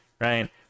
right